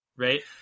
Right